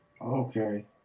Okay